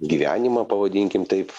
gyvenimą pavadinkim taip